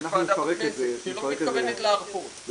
שיש ועדה בכנסת שלא מתכוונת להרפות --- אנחנו נפרק את זה.